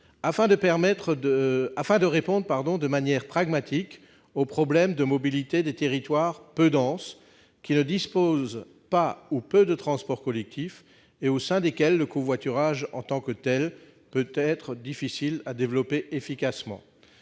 de répondre de manière pragmatique aux problèmes de mobilité des territoires peu denses, qui ne disposent pas ou peu de transports collectifs et sur lesquels le covoiturage en tant que tel peut être difficile à développer efficacement.